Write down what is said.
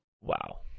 Wow